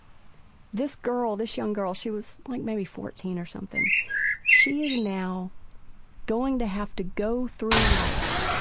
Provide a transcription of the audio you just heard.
this girl, this young girl she was like maybe fourteen or something she is now going to have to go through life